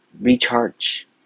recharge